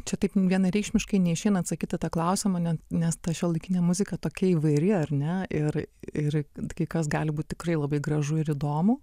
čia taip vienareikšmiškai neišeina atsakyt į tą klausimą nes ta šiuolaikinė muzika tokia įvairi ar ne ir ir kai kas gali būt tikrai labai gražu ir įdomu